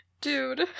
Dude